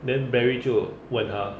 then barry 就问他